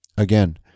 Again